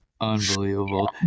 unbelievable